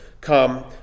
come